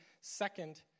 second